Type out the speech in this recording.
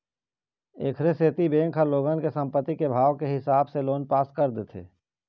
एखरे सेती बेंक ह लोगन के संपत्ति के भाव के हिसाब ले लोन पास कर देथे